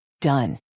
Done